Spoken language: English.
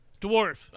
Dwarf